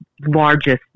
largest